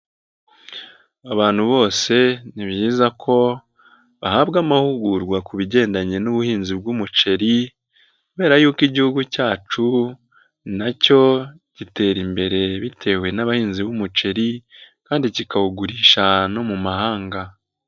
Abantu bose ni byiza ko bahabwa amahugurwa ku bigendanye n'ubuhinzi bw'umuceri, kubera yuko igihugu cyacu nacyo gitera imbere bitewe n'abahinzi b'umuceri, kandi kikawugurisha no mu mahanga.